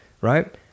right